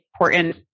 important